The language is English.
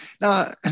Now